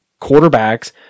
Quarterbacks